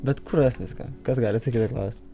bet kur rast viską kas gali atsakyt į tą klausimą